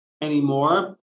anymore